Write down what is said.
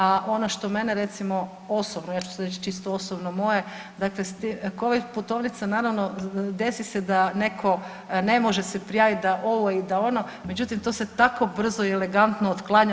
A ono što mene recimo osobno ja ću reći sad čisto osobno moje, dakle covid putovnica naravno desi se da netko ne može se prijaviti da ovo i da ono međutim to se tako brzo i elegantno otklanja.